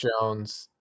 Jones